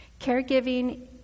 Caregiving